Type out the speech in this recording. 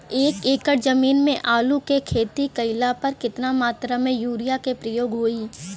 एक एकड़ जमीन में आलू क खेती कइला पर कितना मात्रा में यूरिया क प्रयोग होई?